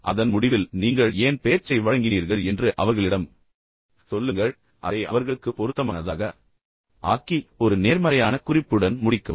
அதன் முடிவில் நீங்கள் ஏன் பேச்சை வழங்கினீர்கள் என்று அவர்களிடம் சொல்லுங்கள் அதை அவர்களுக்கு பொருத்தமானதாக ஆக்கி ஒரு நேர்மறையான குறிப்புடன் முடிக்கவும்